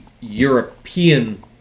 European